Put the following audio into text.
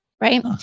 right